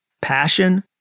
Passion